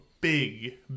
big